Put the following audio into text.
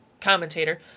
commentator